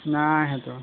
নাই সেইটো